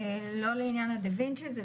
לא לעניין הדה וינצ'י זה